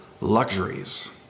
luxuries